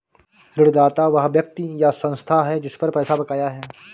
ऋणदाता वह व्यक्ति या संस्था है जिस पर पैसा बकाया है